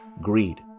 greed